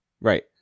Right